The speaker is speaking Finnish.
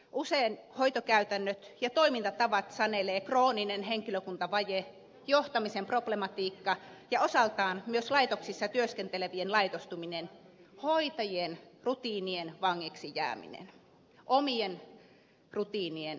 usein hoitokäytännöt ja toimintatavat sanelee krooninen henkilökuntavaje johtamisen problematiikka ja osaltaan myös laitoksissa työskentelevien laitostuminen hoitajien rutiinien vangiksi jääminen omien rutiinien vangiksi jääminen